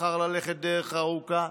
בחר ללכת דרך ארוכה.